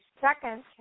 second